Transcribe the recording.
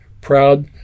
proud